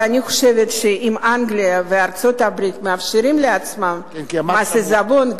ואני חושבת שאם אנגליה וארצות-הברית מאפשרות לעצמן מס עיזבון,